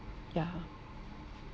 yeah